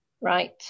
Right